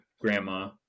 grandma